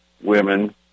women